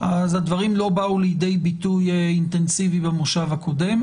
אז הדברים לא באו לידי ביטוי אינטנסיבי במושב הקודם.